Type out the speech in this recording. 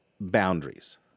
boundaries